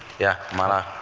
yeah, mala.